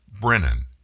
Brennan